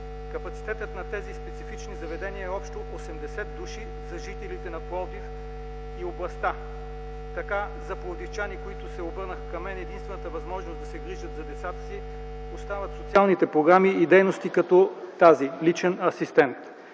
Капацитетът на тези специфични заведения е общо 80 души за жителите на Пловдив и областта. Така за пловдивчани, които се обърнаха към мен, единствената възможност да се грижат за децата си остават социалните програми и дейности като тази „личен асистент”.